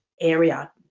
area